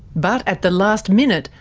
but at the last minute,